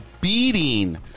beating